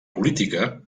política